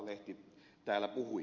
lehti täällä puhui